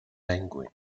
penguin